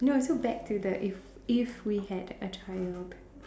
no still back to the if if we had a child